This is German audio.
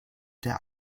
der